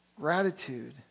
Gratitude